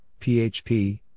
PHP